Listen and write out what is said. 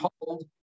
hold